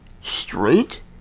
straight